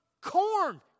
Corn